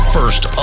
First